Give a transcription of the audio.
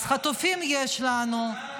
אז חטופים יש לנו,